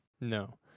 No